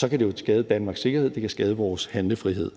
kan det skade Danmarks sikkerhed, det kan skade vores handlefrihed.